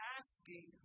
asking